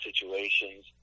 situations